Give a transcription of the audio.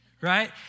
right